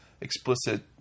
explicit